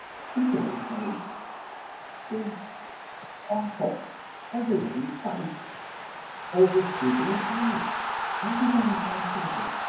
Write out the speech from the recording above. speaking in tongues is awful everybody fights over speaking in tongues everybody fights over it.